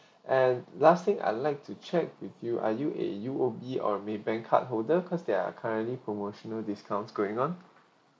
and last thing I'd like to check with you are you a U_O_B or maybank card holder because there are currently promotional discounts going on